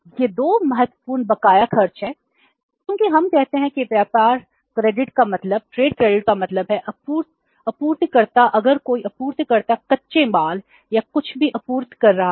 ये 2 महत्वपूर्ण बकाया खर्च हैं क्योंकि हम कहते हैं कि व्यापार क्रेडिट का मतलब है आपूर्तिकर्ता अगर कोई आपूर्तिकर्ता कच्चे माल या कुछ भी आपूर्ति कर रहा है